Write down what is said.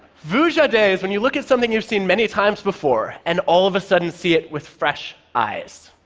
vuja de is when you look at something you've seen many times before and all of a sudden see it with fresh eyes.